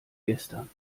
gestern